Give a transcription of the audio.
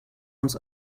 uns